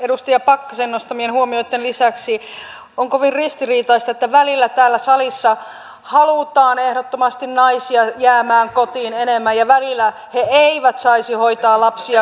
edustaja pakkasen nostamien huomioitten lisäksi on kovin ristiriitaista että välillä täällä salissa halutaan ehdottomasti naisten jäävän kotiin enemmän ja välillä he eivät saisi hoitaa lapsia kotona